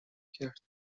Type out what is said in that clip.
کرد